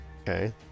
Okay